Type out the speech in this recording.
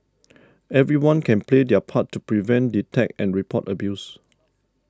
everyone can play their part to prevent detect and report abuse